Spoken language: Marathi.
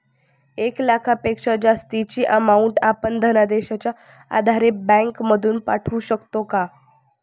एक लाखापेक्षा जास्तची अमाउंट आपण धनादेशच्या आधारे बँक मधून पाठवू शकतो का?